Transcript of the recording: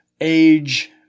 age